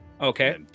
okay